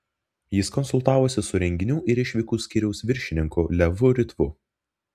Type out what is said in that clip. jis konsultavosi su renginių ir išvykų skyriaus viršininku levu ritvu